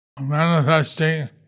Manifesting